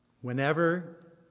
whenever